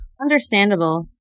Understandable